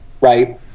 right